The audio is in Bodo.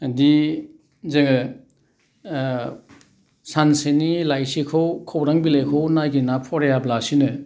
दि जोङो सानसेनि लाइसिखौ खौरां बिलाइखौ नायगिरना फरायाब्लासिनो